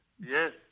Yes